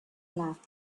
laughed